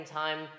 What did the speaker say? time